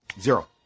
zero